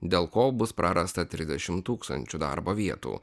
dėl ko bus prarasta trisdešimt tūkstančių darbo vietų